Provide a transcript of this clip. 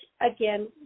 again